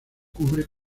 cubre